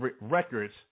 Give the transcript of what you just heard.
records